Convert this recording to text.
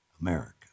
America